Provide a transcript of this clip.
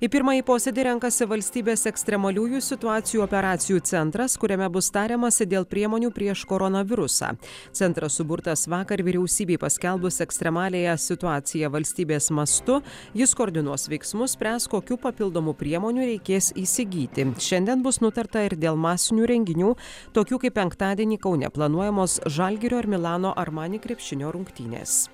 į pirmąjį posėdį renkasi valstybės ekstremaliųjų situacijų operacijų centras kuriame bus tariamasi dėl priemonių prieš koronavirusą centras suburtas vakar vyriausybei paskelbus ekstremaliąją situaciją valstybės mastu jis koordinuos veiksmus spręs kokių papildomų priemonių reikės įsigyti šiandien bus nutarta ir dėl masinių renginių tokių kaip penktadienį kaune planuojamos žalgirio ir milano armani krepšinio rungtynes